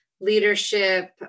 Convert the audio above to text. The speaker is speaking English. leadership